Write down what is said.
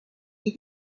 est